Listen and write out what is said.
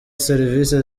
serivisi